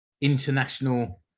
international